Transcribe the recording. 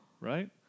right